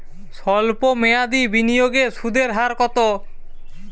সল্প মেয়াদি বিনিয়োগে সুদের হার কত?